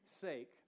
sake